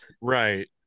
Right